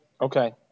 Okay